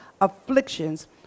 afflictions